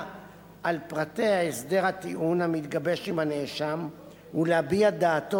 על פרטי הסדר הטיעון המתגבש עם הנאשם ולהביע דעתו